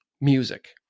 music